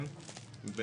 על